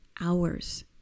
hours